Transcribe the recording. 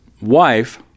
wife